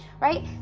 right